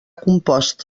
compost